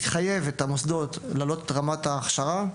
יחייב את המוסדות להעלות את רמת ההכשרה,